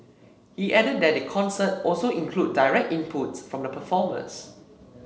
he added that the concert also included directinputs from the performers